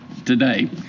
today